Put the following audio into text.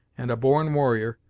and a born warrior,